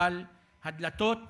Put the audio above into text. אבל הדלתות